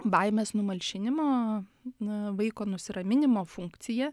baimės numalšinimo na vaiko nusiraminimo funkciją